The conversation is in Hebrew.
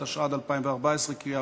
נתקבלה.